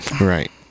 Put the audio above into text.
Right